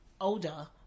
older